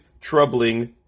troubling